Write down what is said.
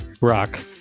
Rock